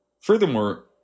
Furthermore